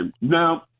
Now